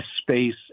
space